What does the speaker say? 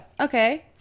Okay